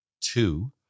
two